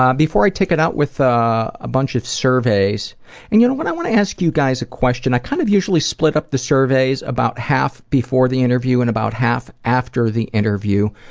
um before i take it out with a bunch of surveys and you know i want to ask you guys a question. i kind of usually split up the surveys, about half before the interview and about half after the interview.